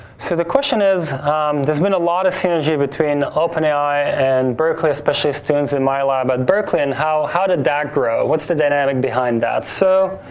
so, the question is there's been a lot of synergy between open ai and berkeley, especially students in my lab at berkeley and how how did that grow? what's the dynamic behind that? so,